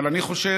אבל אני חושב,